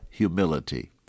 humility